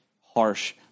harsh